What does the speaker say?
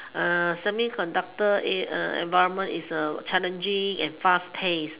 semi conductor a environment is challenging and fast paced